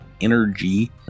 energy